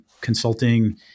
consulting